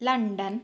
London